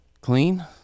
clean